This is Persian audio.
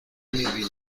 میبینید